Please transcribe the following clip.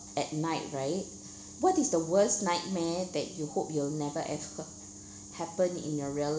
at night right what is the worst nightmare that you hope you'll never ever happen in your real